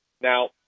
Now